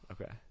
Okay